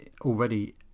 already